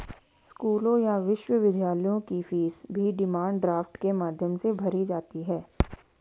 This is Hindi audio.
स्कूलों या विश्वविद्यालयों की फीस भी डिमांड ड्राफ्ट के माध्यम से भरी जाती है